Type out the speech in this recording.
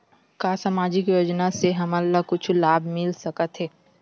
का सामाजिक योजना से हमन ला कुछु लाभ मिल सकत हे?